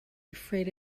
afraid